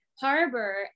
harbor